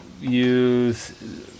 use